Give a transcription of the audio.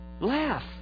Laugh